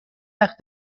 وقت